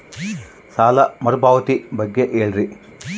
ಸಾಲ ಮರುಪಾವತಿ ಬಗ್ಗೆ ಹೇಳ್ರಿ?